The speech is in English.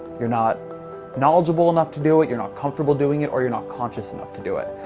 you're not knowledgeable enough to do it, you're not comfortable doing it, or you're not conscious enough to do it.